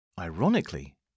ironically